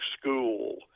school